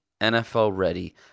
NFL-ready